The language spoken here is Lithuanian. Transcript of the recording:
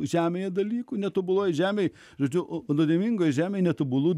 žemėje dalykų netobuloje žemėje žodžiu o nuodėmingoje žemėje netobulų